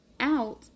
Out